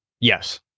Yes